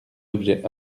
objets